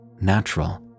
natural